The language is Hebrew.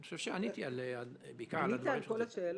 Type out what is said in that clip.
אני חושב שעניתי בעיקר על הדברים --- ענית על כל השאלות?